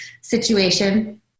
situation